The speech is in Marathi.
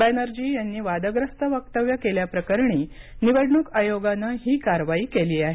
बॅनर्जी यांनी वादग्रस्त वक्तव्य केल्याप्रकरणी निवडणूक आयोगानं ही कारवाई केली आहे